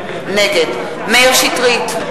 נגד מאיר שטרית,